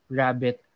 rabbit